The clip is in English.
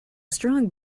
strong